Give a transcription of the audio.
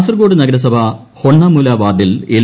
കാസർഗോഡ് നഗരസഭ ഹൊണ്ണമൂല വാർഡിൽ എൽ